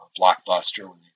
Blockbuster